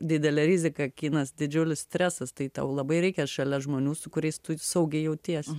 didelė rizika kinas didžiulis stresas tai tau labai reikia šalia žmonių su kuriais tu saugiai jautiesi